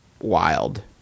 wild